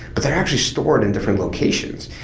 but they're actually stored in different locations.